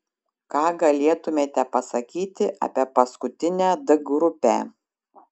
ką galėtumėte pasakyti apie paskutinę d grupę